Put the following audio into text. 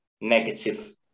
negative